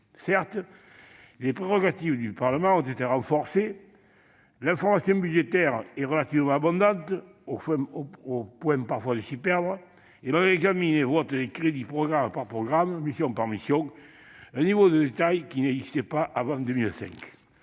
Certes, les prérogatives du Parlement ont été renforcées : l'information budgétaire est relativement abondante- au point que l'on s'y perd parfois -et l'on examine et vote les crédits programme par programme, mission par mission, un niveau de détail qui n'existait pas avant 2005.